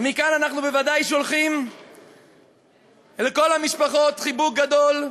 ומכאן אנחנו בוודאי שולחים לכל המשפחות חיבוק גדול,